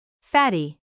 Fatty